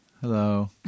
Hello